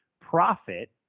profit